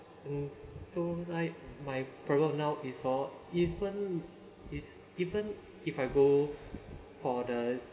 and so like my problem now is hor even is even if I go for the